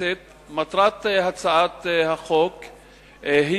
עוברים להצעת החוק הבאה,